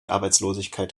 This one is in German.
arbeitslosigkeit